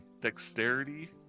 dexterity